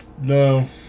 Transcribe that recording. No